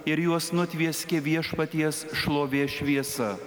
ir juos nutvieskė viešpaties šlovės šviesa